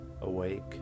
awake